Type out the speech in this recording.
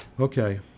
Okay